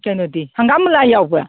ꯀꯩꯅꯣꯗꯤ ꯍꯪꯒꯥꯝ ꯃꯨꯂꯥ ꯌꯥꯎꯕ꯭ꯔꯥ